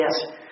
Yes